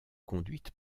conduite